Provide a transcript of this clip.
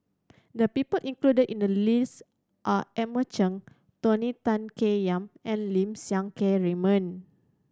the people included in the list are Edmund Chen Tony Tan Keng Yam and Lim Siang Keat Raymond